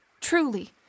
Truly